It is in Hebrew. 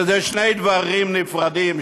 שאלה שני דברים נפרדים,